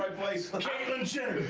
like place caitlyn jenner,